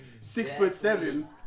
Six-foot-seven